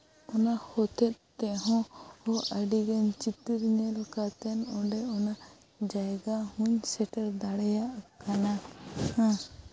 ᱚᱱᱟ ᱦᱚᱛᱮᱡ ᱛᱮᱦᱚᱸ ᱟᱹᱰᱤ ᱜᱟᱱ ᱪᱤᱛᱟᱹᱨ ᱧᱮᱞ ᱠᱟᱛᱮᱱ ᱚᱸᱰᱮ ᱚᱱᱟ ᱡᱟᱭᱜᱟ ᱦᱚᱸᱧ ᱥᱮᱴᱮᱨ ᱫᱟᱲᱮᱭᱟᱜᱼᱟ ᱠᱟᱱᱟ ᱟᱨ